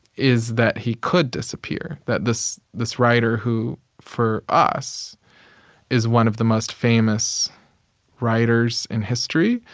is that he could disappear that this this writer who for us is one of the most famous writers in history.